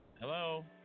Hello